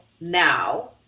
now